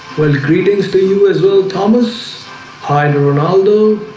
well greetings to you as well thomas hyde ronaldo